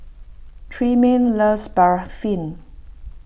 Tremaine loves Barfi